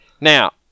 Now